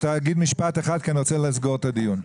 אתה תגיד משפט אחד כי אני רוצה לסגור את הדיון.